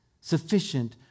sufficient